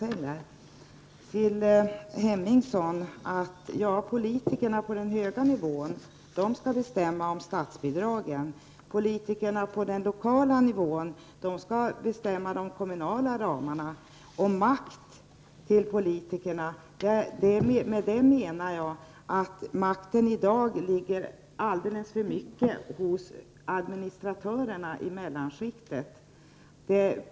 Till Ingrid Hemmingsson vill jag säga att politikerna på den höga nivån skall bestämma om statsbidragen, medan politikerna på den lokala nivån skall bestämma de kommunala ramarna. Och när det gäller makt till politikerna menar jag att makten i dag ligger alldeles för mycket hos administratörerna i mellanskiktet.